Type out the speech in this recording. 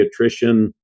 pediatrician